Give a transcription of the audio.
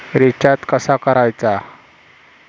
Recharge कसा करायचा?